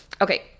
Okay